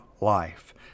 life